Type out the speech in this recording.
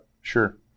Sure